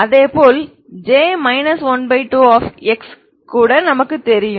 அதேபோல் J 12x கூட நமக்குத் தெரியும்